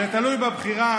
זה תלוי בבחירה